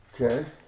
Okay